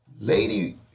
lady